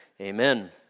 Amen